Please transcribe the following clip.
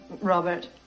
Robert